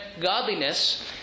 godliness